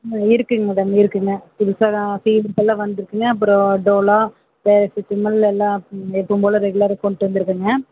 இருக்குதுங்க மேடம் இருக்குதுங்க புதுசாக தான் சில திங்கஸெல்லாம் வந்திருக்குங்க அப்புறம் டோலோ பேராசிட்டமல் எல்லாம் எப்பவும் போல் ரெகுலராக கொண்டுட்டு வந்திருக்கேங்க